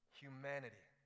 humanity